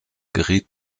geriet